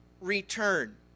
return